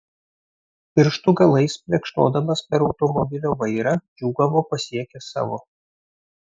pirštų galais plekšnodamas per automobilio vairą džiūgavo pasiekęs savo